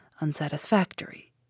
unsatisfactory